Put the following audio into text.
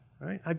right